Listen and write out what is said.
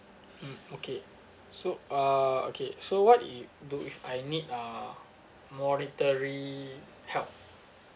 mm okay so uh okay so what if do if I need uh monetary help